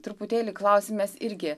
truputėlį klausimas irgi